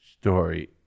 story